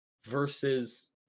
versus